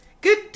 good